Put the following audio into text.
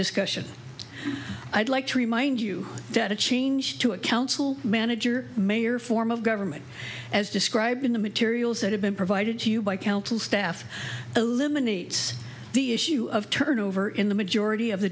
discussion i'd like to remind you that a change to a council manager may or form of government as described in the materials that have been provided to you by council staff eliminates the issue of turnover in the majority of the